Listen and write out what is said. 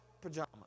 pajamas